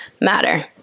matter